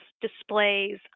displays